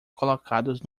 colocados